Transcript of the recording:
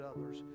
others